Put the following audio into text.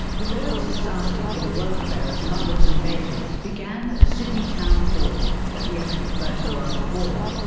the royal society for the welfare of mothers and babies began at the sydney town hall at the end of the first world war.